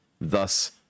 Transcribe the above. Thus